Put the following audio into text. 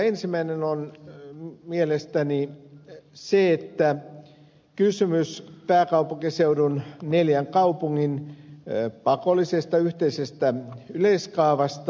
ensimmäinen on mielestäni kysymys pääkaupunkiseudun neljän kaupungin pakollisesta yhteisestä yleiskaavasta